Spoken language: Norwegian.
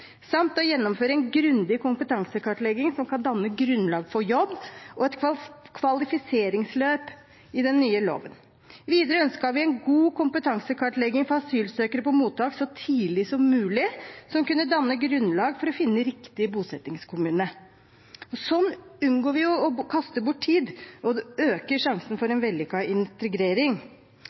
samt å gjennomføre en grundig kompetansekartlegging som kan danne grunnlag for jobb og et kvalifiseringsløp i den nye loven. Videre ønsket vi en god kompetansekartlegging for asylsøkere på mottak så tidlig som mulig, som kunne danne grunnlag for å finne riktig bosettingskommune. Sånn unngår vi å kaste bort tid og øker sjansen for en vellykket integrering.